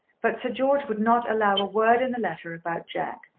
but sir george would not allow a word in the letter about jack.